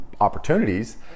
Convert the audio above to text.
opportunities